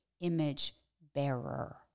image-bearer